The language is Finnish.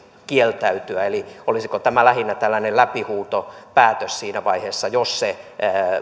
kieltäytyä eli olisiko tämä lähinnä tällainen läpihuutopäätös siinä vaiheessa jos se